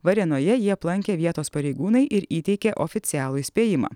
varėnoje jį aplankė vietos pareigūnai ir įteikė oficialų įspėjimą